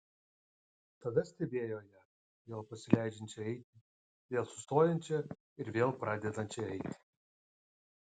tada stebėjo ją vėl pasileidžiančią eiti vėl sustojančią ir vėl pradedančią eiti